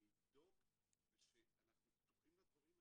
נבדוק ואנחנו פתוחים לדברים האלה.